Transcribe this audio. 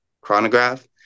chronograph